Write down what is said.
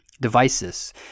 devices